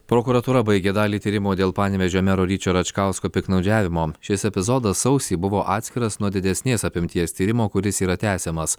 prokuratūra baigė dalį tyrimo dėl panevėžio mero ryčio račkausko piktnaudžiavimo šis epizodas sausį buvo atskiras nuo didesnės apimties tyrimo kuris yra tęsiamas